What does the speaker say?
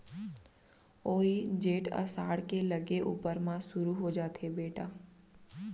वोइ जेठ असाढ़ के लगे ऊपर म सुरू हो जाथे बेटा